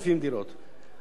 אני אמנה יישובים אחרים,